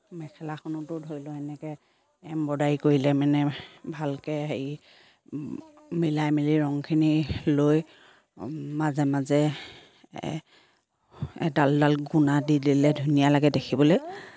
মেখেলাখনতো ধৰি লওক এনেকৈ এম্ব্ৰইডাৰী কৰিলে মানে ভালকৈ হেৰি মিলাই মিলি ৰংখিনি লৈ মাজে মাজে এ এডাল এডাল গুণা দি দিলে ধুনীয়া লাগে দেখিবলৈ